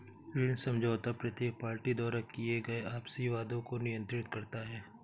ऋण समझौता प्रत्येक पार्टी द्वारा किए गए आपसी वादों को नियंत्रित करता है